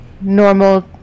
normal